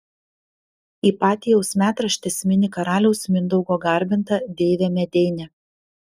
ipatijaus metraštis mini karaliaus mindaugo garbintą deivę medeinę